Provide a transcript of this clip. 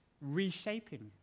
reshaping